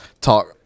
talk